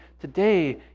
today